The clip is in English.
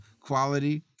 quality